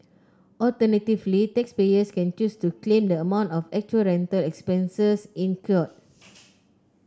alternatively taxpayers can choose to claim the amount of actual rental expenses incurred